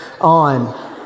on